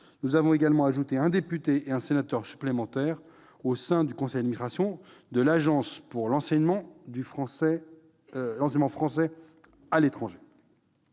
Nous avons également ajouté un député et un sénateur supplémentaires au sein du conseil d'administration de l'Agence pour l'enseignement français à l'étranger.